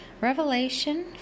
Revelation